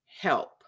help